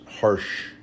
harsh